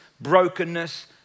brokenness